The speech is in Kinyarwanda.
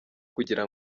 kugira